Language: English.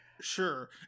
Sure